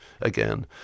again